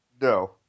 No